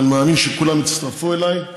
אני מאמין שכולם יצטרפו אליי,